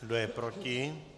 Kdo je proti?